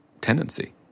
tendency